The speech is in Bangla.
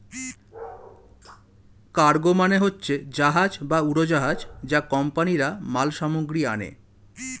কার্গো মানে হচ্ছে জাহাজ বা উড়োজাহাজ যা কোম্পানিরা মাল সামগ্রী আনে